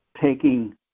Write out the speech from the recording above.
taking